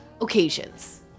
occasions